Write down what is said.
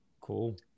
Cool